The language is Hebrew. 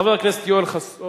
חבר הכנסת יואל חסון,